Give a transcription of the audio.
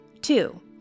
Two